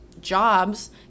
jobs